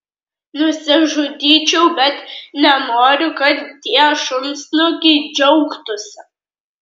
nusižudyčiau bet nenoriu kad tie šunsnukiai džiaugtųsi